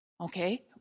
okay